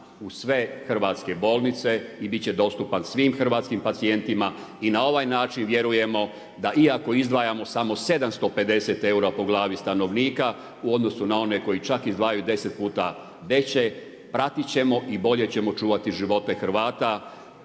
u sve hrvatske bolnice i biti će dostupan svim hrvatskim pacijentima. I na ovaj način vjerujemo, da iako izdvajamo samo 750 eura po glavi stanovnika, u odnosu na one koji čak izdvaja 10 puta veće, pratiti ćemo i bolje ćemo čuvati živote Hrvatske,